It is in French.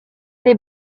les